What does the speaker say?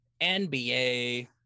NBA